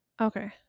Okay